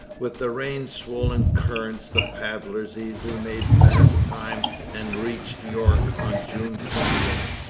with the rain-swollen current the paddlers easily made fast time and reached york on june twenty.